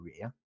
career